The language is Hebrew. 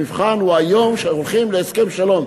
המבחן היום הוא שהולכים להסכם שלום.